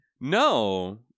No